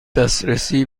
دسترسی